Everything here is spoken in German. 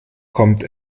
kommt